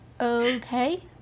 Okay